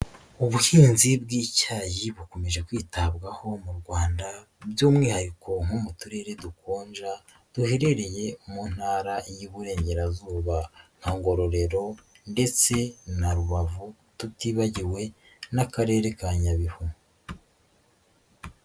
Ubuhinzi bw'icyayi bukomeje kwitabwaho mu Rwanda by'umwihariko nko mu turere dukonja, duherereye mu ntara y'Iburengerazuba nka Ngororero ndetse na Rubavu, tutibagiwe n'Akarere ka Nyabihu.